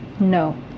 No